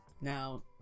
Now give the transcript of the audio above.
Now